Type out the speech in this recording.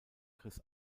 chris